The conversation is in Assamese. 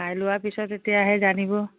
খাই লোৱা পিছত এতিয়াহে জানিব